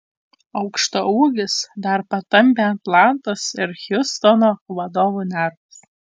aukštaūgis dar patampė atlantos ir hjustono vadovų nervus